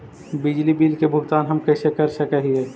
बिजली बिल के भुगतान हम कैसे कर सक हिय?